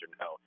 no